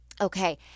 Okay